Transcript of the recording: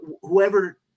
whoever